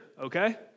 Okay